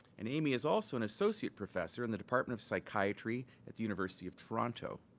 and amy is also an associate professor in the department of psychiatry at the university of toronto.